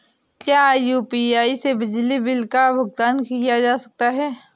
क्या यू.पी.आई से बिजली बिल का भुगतान किया जा सकता है?